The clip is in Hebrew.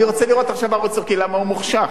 אני רוצה לראות עכשיו ערוץ טורקי, למה הוא מוחשך?